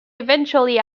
eventually